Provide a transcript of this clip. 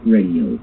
Radio